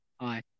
Hi